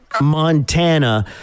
Montana